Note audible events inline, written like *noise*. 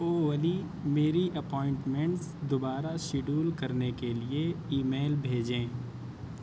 *unintelligible* میری اپائنمیٹس دوبارہ شیڈول کرنے کے لیے ای میل بھیجیں